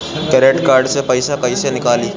Credit card से पईसा केइसे निकली?